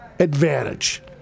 Advantage